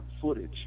footage